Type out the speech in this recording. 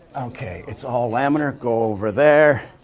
okay. it's all laminar go over there.